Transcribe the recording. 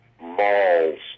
malls